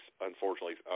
unfortunately –